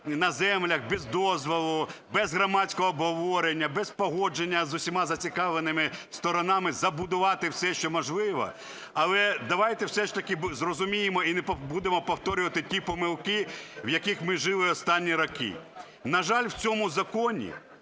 на землях без дозволу, без громадського обговорення, без погодження з усіма зацікавленими сторонами забудувати все, що можливо. Але давайте все ж таки зрозуміємо і не будемо повторювати ті помилки, в яких ми жили останні роки. На жаль, в цьому законі